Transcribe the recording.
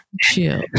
chill